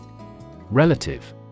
relative